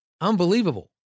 unbelievable